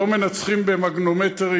לא מנצחים במגנומטרים